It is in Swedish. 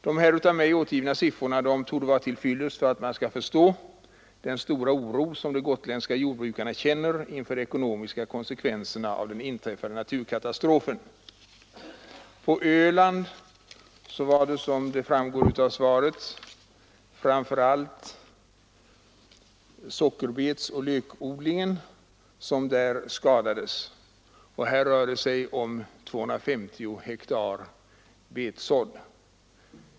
De av mig här återgivna siffrorna torde vara till fyllest för att man skall förstå den stora oro de gotländska jordbrukarna känner inför de ekonomiska konsekvenserna av den inträffade naturkatastrofen. På Öland var det, såsom framgår av svaret, framför allt sockerbetsoch lökodlingen som skadades. Här rör det sig bl.a. om en areal av 250 hektar betsådd.